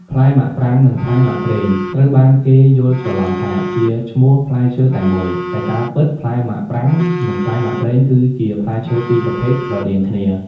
ផ្លែមាក់ប្រាង និងផ្លែមាក់ប្រេង ត្រូវបានគេយល់ច្រឡំថា ជាឈ្មោះផ្លែឈើតែមួយ តែការពិតផ្លែមាក់ប្រាង និងផ្លែមាក់ប្រេងគឺជា ផ្លែឈើ២ប្រភេទស្រដៀងគ្នា។